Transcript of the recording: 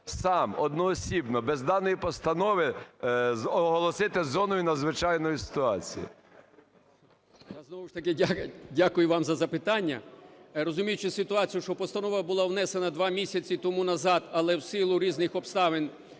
сам, одноосібно, без даної постанови оголосити зоною надзвичайної ситуації?